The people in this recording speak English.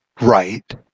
right